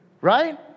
Right